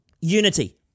Unity